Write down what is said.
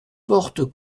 porte